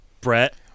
Brett